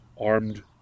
armed